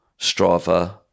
Strava